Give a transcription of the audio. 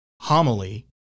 homily